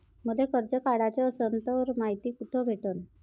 मले कर्ज काढाच असनं तर मायती कुठ भेटनं?